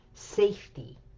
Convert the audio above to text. safety